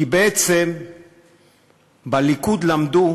כי בעצם בליכוד למדו